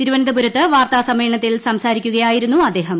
തിരുവനന്തപുരത്ത് വാർത്താ സമ്മേളനത്തിൽ സംസാരിക്കുകയായിരുന്നു അദ്ദേഹം